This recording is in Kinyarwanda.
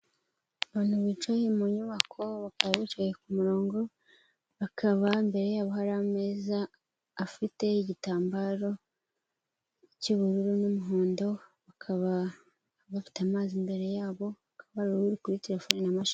Abantu bicaye mu nyubako bakaba bicaye ku murongo bakaba imbere yabo hari ameza afite igitambaro cy'ubururu n'umuhondo, bakaba bafite amazi imbere yabo hakaba hari uri kuri terefone na mashini.